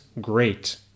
great